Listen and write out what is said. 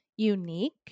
unique